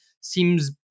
seems